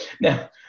Now